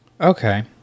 okay